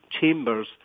chambers